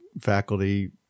faculty